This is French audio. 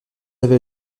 avait